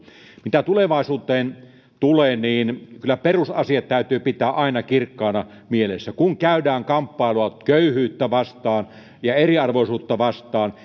mitä tulevaisuuteen tulee niin kyllä perusasiat täytyy pitää aina kirkkaina mielessä kun käydään kamppailua köyhyyttä vastaan ja eriarvoisuutta vastaan